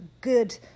good